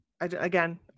Again